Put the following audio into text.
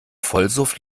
vollsuff